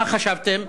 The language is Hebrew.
מה חשבתם?